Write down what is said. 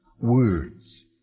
words